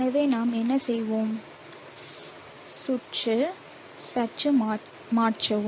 எனவே நாம் என்ன செய்வோம் சுற்று சற்று மாற்றவும்